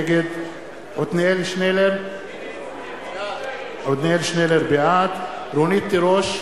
נגד עתניאל שנלר, בעד רונית תירוש,